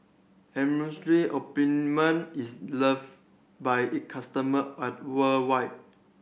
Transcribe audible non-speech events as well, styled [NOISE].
[UNINTELLIGIBLE] ointment is love by it customer at worldwide